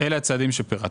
אלה הצעדים שפרטתי.